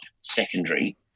Secondary